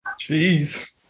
Jeez